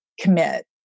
commit